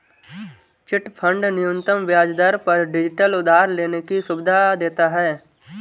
chit fund न्यूनतम ब्याज दर पर डिजिटल उधार लेने की सुविधा देता है